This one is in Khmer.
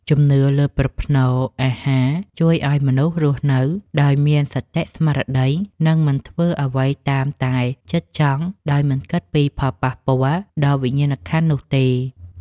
ជំនឿលើប្រផ្នូលអាហារជួយឱ្យមនុស្សរស់នៅដោយមានសតិស្មារតី និង មិនធ្វើអ្វីតាមតែចិត្តចង់ដោយមិនគិតពីផលប៉ះពាល់ដល់វិញ្ញាណក្ខន្ធនោះទេ។